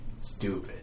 Stupid